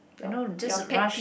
you know just rush